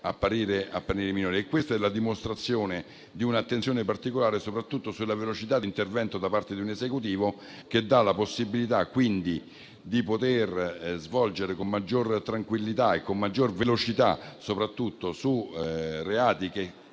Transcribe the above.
apparire minori. Questa è la dimostrazione di un'attenzione particolare e soprattutto della velocità di intervento da parte di un Esecutivo che dà la possibilità di agire con maggiore tranquillità e con maggiore velocità soprattutto su reati che